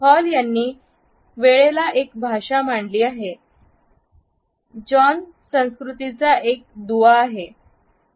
hall यांनी यांनी वेळला एक भाषा मानली आहे जॉन संस्कृतीचा एक दुवा आहे